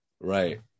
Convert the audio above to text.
right